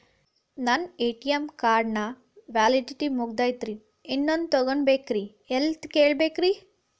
ನನ್ನ ATM card ನ validity ಮುಗದದ್ರಿ ಇನ್ನೊಂದು ತೊಗೊಬೇಕ್ರಿ ಎಲ್ಲಿ ಕೇಳಬೇಕ್ರಿ?